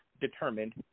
determined